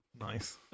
Nice